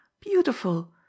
Beautiful